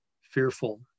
fearful